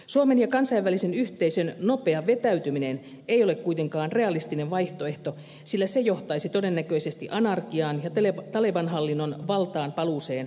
suomen ja kansainvälisen yhteisön nopea vetäytyminen ei ole kuitenkaan realistinen vaihtoehto sillä se johtaisi todennäköisesti anarkiaan ja taleban hallinnon valtaanpaluuseen maassa